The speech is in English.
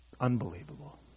Unbelievable